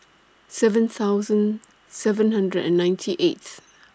seven thousand seven hundred and ninety eighth